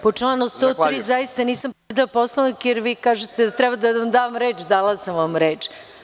Po članu 103. zaista nisam prekršila Poslovnik, jer vi kažete da treba da vam dam reč, a dala sam vam reč.